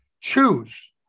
choose